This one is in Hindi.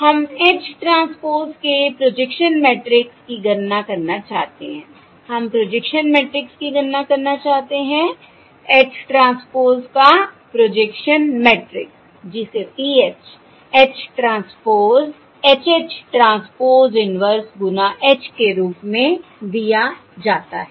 हम H ट्रांसपोज़ के प्रोजेक्शन मैट्रिक्स की गणना करना चाहते हैं हम प्रोजेक्शन मैट्रिक्स की गणना करना चाहते हैं H ट्रांसपोज़ का प्रोजेक्शन मैट्रिक्स जिसे PH H transpose H H transpose inverse गुणा H के रूप में दिया जाता है